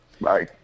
Bye